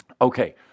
Okay